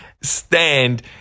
stand